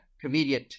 comedian